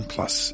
Plus